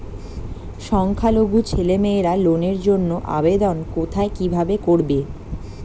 সংখ্যালঘু ছেলেমেয়েরা লোনের জন্য আবেদন কোথায় কিভাবে করবে?